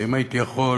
ואם הייתי יכול,